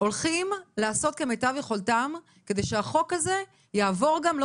הולכים לעשות כמיטב יכולתם כדי שהחוק הזה יעבור גם לא